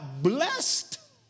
blessed